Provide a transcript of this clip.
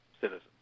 citizens